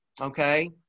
Okay